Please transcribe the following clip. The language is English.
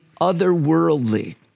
otherworldly